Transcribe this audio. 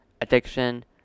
addiction